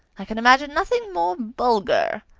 i can imagine nothing more vulgar.